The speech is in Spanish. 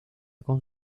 con